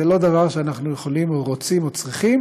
זה לא דבר שאנחנו יכולים או רוצים או צריכים